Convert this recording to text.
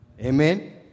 Amen